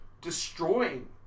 destroying